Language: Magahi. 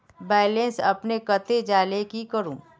बैलेंस अपने कते जाले की करूम?